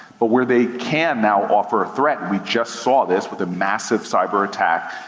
but where they can now offer a threat, we just saw this with a massive cyber attack,